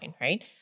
right